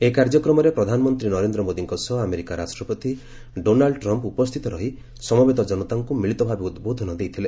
ଏହି କାର୍ଯ୍ୟକ୍ରମରେ ପ୍ରଧାନମନ୍ତୀ ନରେନ୍ଦ୍ର ମୋଦିଙ୍କ ସହ ଆମେରିକା ରାଷ୍ଟ୍ରପତି ଡୋନାଲ୍ଡ ଟ୍ରମ୍ମ ଉପସ୍ସିତ ରହି ସମବେତ ଜନତାଙ୍କୁ ମିଳିତ ଭାବେ ଉଦବୋଧନ ଦେଇଥିଲେ